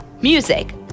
Music